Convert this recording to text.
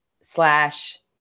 slash